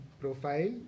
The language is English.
profile